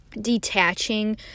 detaching